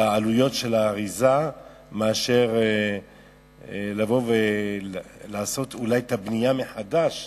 בעלויות של האריזה מאשר לבוא ולעשות אולי את הבנייה מחדש